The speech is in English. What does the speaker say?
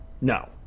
No